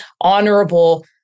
honorable